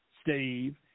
Steve